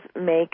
make